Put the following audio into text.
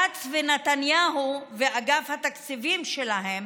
כץ ונתניהו ואגף התקציבים שלהם